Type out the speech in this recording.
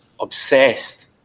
obsessed